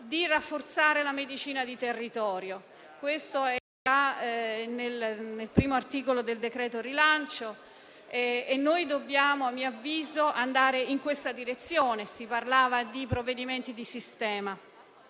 di rafforzare la medicina di territorio. Questo aspetto è già presente nel primo articolo del decreto rilancio e noi dobbiamo, a mio avviso, andare in questa direzione. Si parlava di provvedimenti di sistema